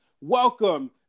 welcome